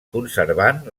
conservant